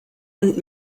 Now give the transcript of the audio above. und